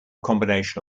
combination